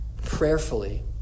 Prayerfully